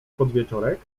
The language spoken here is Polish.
podwieczorek